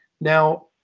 Now